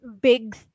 big